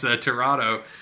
Toronto